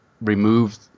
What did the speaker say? remove